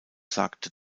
sagte